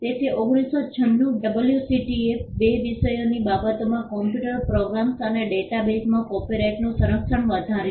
તેથી 1996 ડબ્લ્યુસીટીએ બે વિષયોની બાબતોના કમ્પ્યુટર પ્રોગ્રામ્સ અને ડેટા બેઝમાં કોપિરાઇટનું સંરક્ષણ વધાર્યું